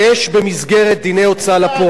יש במסגרת דיני הוצאה לפועל,